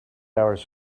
hours